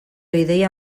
ideia